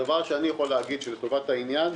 הדבר שאני יכול להגיד שהוא לטובת העניין,